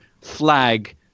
flag